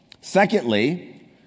Secondly